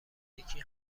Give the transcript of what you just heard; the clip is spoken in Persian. یکی